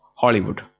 Hollywood